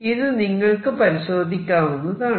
ഇത് നിങ്ങൾക്ക് പരിശോധിക്കാവുന്നതാണ്